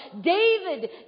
David